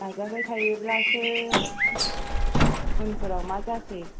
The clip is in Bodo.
नाजाबाय थायोब्लासो उनफोराव मा जासै